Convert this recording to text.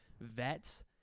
vets